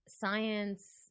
science